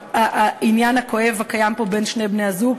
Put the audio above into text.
העניין הכואב הקיים פה בין בני-הזוג,